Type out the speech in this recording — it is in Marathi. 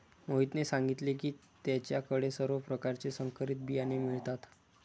मोहितने सांगितले की त्याच्या कडे सर्व प्रकारचे संकरित बियाणे मिळतात